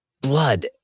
Blood